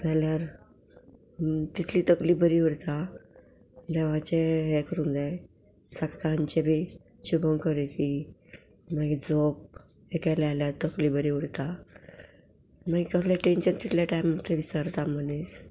जाल्यार तितली तकली बरी उरता देवाचें हें करूंक जाय सांजें बी शुभंग करोती मागीर जप ते केलें आल्या तकली बरी उरता मागीर कसलें टेंशन तितले टायम थंय विसरता मनीस